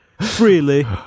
freely